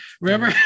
remember